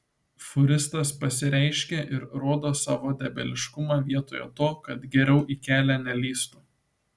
fūristas pasireiškė ir rodo savo debiliškumą vietoje to kad geriau į kelią nelįstų